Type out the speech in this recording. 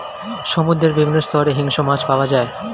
সমুদ্রের বিভিন্ন স্তরে হিংস্র মাছ পাওয়া যায়